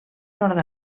nord